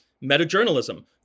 meta-journalism